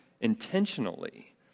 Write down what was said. intentionally